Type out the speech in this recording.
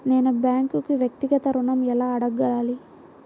నేను బ్యాంక్ను వ్యక్తిగత ఋణం ఎలా అడగాలి?